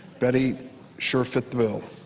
betty sure fit the bill.